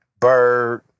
Bird